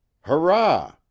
Hurrah